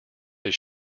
his